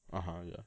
(uh huh) ya